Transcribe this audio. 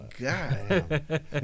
God